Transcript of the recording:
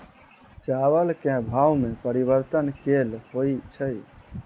चावल केँ भाव मे परिवर्तन केल होइ छै?